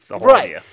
Right